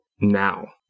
now